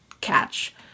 catch